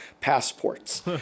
passports